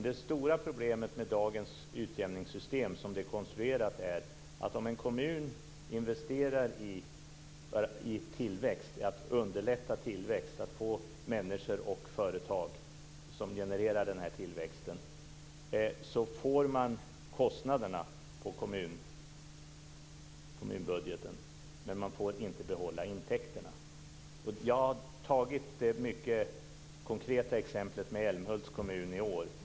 Det stora problemet med dagens utjämningssystem, som det är konstruerat, är att om en kommun investerar i att underlätta tillväxt och få människor och företag som generar tillväxten, går kostnaderna på kommunbudgeten men man får inte behålla intäkterna. Jag har tagit det mycket konkreta exemplet med Älmhults kommun i år.